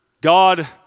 God